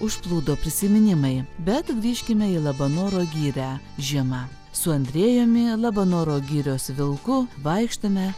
užplūdo prisiminimai bet grįžkime į labanoro girią žiema su andrejumi labanoro girios vilku vaikštome